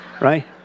Right